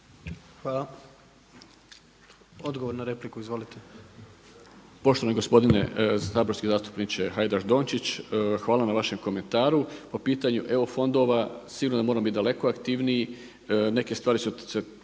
(HDZ)** Odgovor na repliku. izvolite **Lučić, Dražen** Poštovani gospodine saborski zastupniče Hajdaš Dončić hvala na vašem komentaru. Po pitanju eu fondova sigurno da moramo biti daleko aktivniji, neke stvari su se